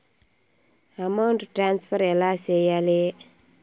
amount transfer ఎలా సేయాలి